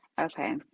okay